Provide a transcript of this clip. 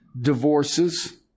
divorces